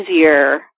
easier